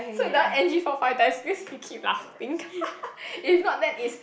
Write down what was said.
so that one N_G four five times because he keep laughing if not then is